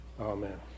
Amen